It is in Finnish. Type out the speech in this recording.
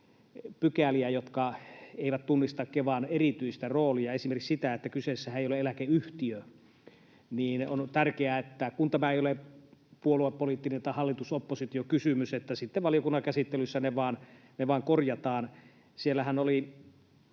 lakipykäliä — jotka eivät tunnista Kevan erityistä roolia, esimerkiksi sitä, että kyseessähän ei ole eläkeyhtiö, niin on tärkeää, että kun tämä ei ole puoluepoliittinen tai hallitus—oppositio-kysymys, niin sitten valiokunnan käsittelyssä ne vain korjataan. Siinä